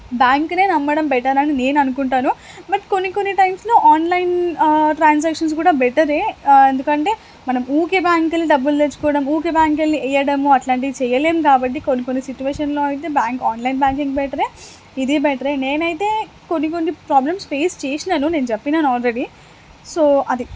బ్యాంక్నే నమ్మడం బెటర్ అని నేననుకుంటాను బట్ కొన్ని కొన్ని టైమ్స్లో ఆన్లైన్ ట్రాన్సాక్షన్స్ కూడా బెటరే ఎందుకంటే మనం ఊరికే బ్యాంకెళ్ళి డబ్బులు తెచ్చుకోడం ఊరికే బ్యాంకెళ్ళి ఎయ్యడము అట్లాంటివి చేయలేం కాబట్టి కొన్ని కొన్ని సిటువేషన్లో అయితే బ్యాంక్ ఆన్లైన్ బ్యాంకింగ్ బెటరే ఇదీ బెటరే నేనైతే కొన్ని కొన్ని ప్రాబ్లమ్స్ ఫేస్ చేసినాను నేను చెప్పినాను ఆల్రెడీ సో అది